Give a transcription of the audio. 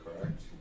correct